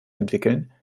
entwickeln